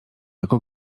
jako